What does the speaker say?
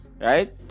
Right